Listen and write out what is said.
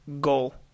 goal